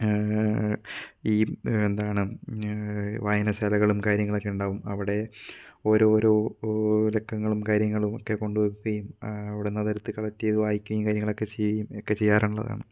ഈ എന്താണ് വായനശാലകളും കാര്യങ്ങളൊക്കെ ഉണ്ടാവും അവിടെ ഓരോരോ ഓ ലക്കങ്ങളും കാര്യങ്ങളൊക്കെ കൊണ്ട് വെക്കുകയും അവിടുന്നതെടുത്ത് കളക്റ്റ് ചെയ്ത് വായിക്കുകയും കാര്യങ്ങളൊക്കെ ചെയ്യും ഒക്കെ ചെയ്യാറുള്ളതാണ്